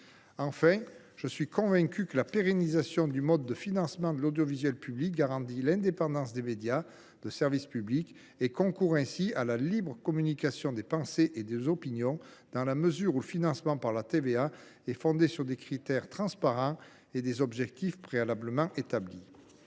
J’en suis convaincu, la pérennisation du mode de financement de l’audiovisuel public garantit l’indépendance de ce dernier. Elle concourt à la libre communication des pensées et des opinions, dans la mesure où ce financement est fondé sur des critères transparents et des objectifs préalablement établis.